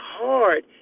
hard